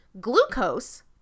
Glucose